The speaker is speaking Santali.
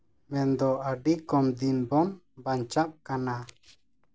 ᱢᱮᱱᱫᱚ ᱟᱹᱰᱤ ᱠᱚᱢ ᱫᱤᱱ ᱵᱚᱱ ᱵᱟᱧᱪᱟᱜ ᱠᱟᱱᱟ